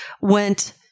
went